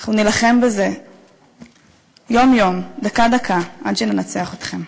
אנחנו נילחם בזה יום-יום, דקה-דקה, עד שננצח אתכם.